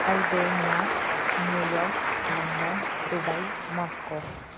Albania New York London Dubai Moscow